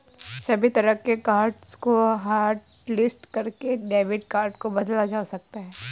सभी तरह के कार्ड्स को हाटलिस्ट करके डेबिट कार्ड को बदला जाता है